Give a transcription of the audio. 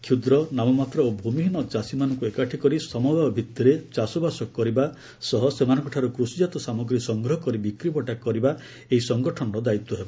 କ୍ଷୁଦ୍ର ନାମମାତ୍ର ଓ ଭୂମିହୀନ ଚାଷୀମାନଙ୍କୁ ଏକାଠି କରି ସମବାୟ ଭିତ୍ତିରେ ଚାଷବାସ କରିବା ସହ ସେମାନଙ୍କଠାରୁ କୃଷିଜାତ ସାମଗ୍ରୀ ସଂଗ୍ରହ କରି ବିକ୍ରିବଟା କରିବା ଏହି ସଂଗଠନର ଦାୟିତ୍ୱ ହେବ